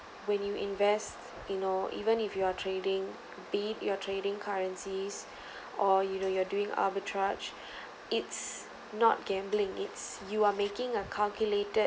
when you invest you know even if you are trading be it you are trading currencies or you know you're doing arbitrage it's not gambling it's you are making a calculated